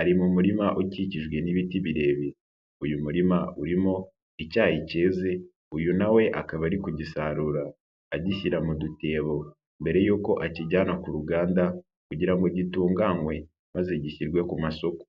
ari mu murima ukikijwe n'ibiti birebire, uyu murima urimo icyayi cyeze uyu na we akaba ari kugisarura agishyira mu dutebo mbere yuko akijyana ku ruganda kugira ngo gitunganywe maze gishyirwe ku masoko.